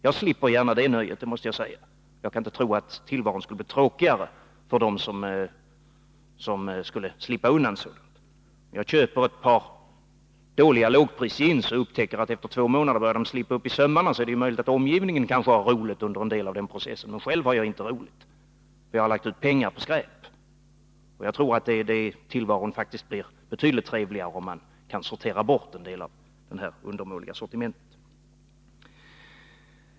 Jag avstår gärna från det nöjet. Jag kan inte tro att tillvaron skulle bli tråkigare för dem som skulle slippa undan sådant. Om jag köper ett par dåliga lågprisjeans och upptäcker att de efter två månader börjar gå upp i sömmarna, så är det möjligt att omgivningen har roligt under en del av den processen, men själv har jag inte roligt. Jag har ju lagt ut pengar på skräp, och jag tror att tillvaron blir betydligt trevligare, som man kan sortera bort en del av det undermåliga sortimentet.